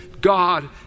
God